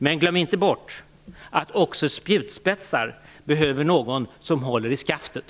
Men glöm inte bort att också spjutspetsar behöver någon som håller i skaftet.